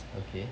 okay